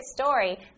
story